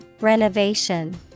Renovation